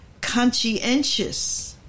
conscientious